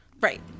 Right